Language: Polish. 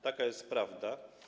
Taka jest prawda.